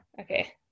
Okay